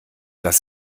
dass